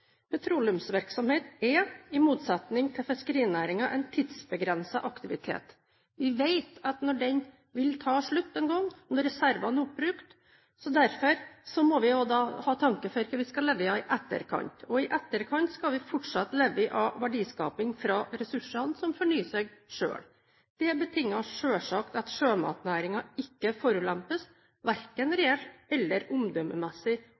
Petroleumsvirksomhet er – i motsetning til fiskerinæringen – en tidsbegrenset aktivitet. Vi vet at den vil ta slutt en gang, når reservene er oppbrukt. Derfor må vi ha tanker om hva vi skal leve av i etterkant. Og i etterkant skal vi fortsatt leve av verdiskaping fra ressursene som fornyer seg selv. Det betinger selvsagt at sjømatnæringen ikke forulempes – verken